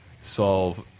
solve